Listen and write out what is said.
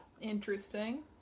interesting